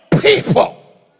people